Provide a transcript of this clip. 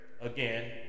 again